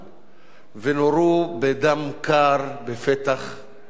ונורו בדם קר בפתח הכפר?